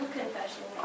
confession